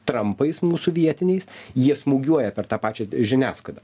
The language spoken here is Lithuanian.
trampais mūsų vietiniais jie smūgiuoja per tą pačią žiniasklaidą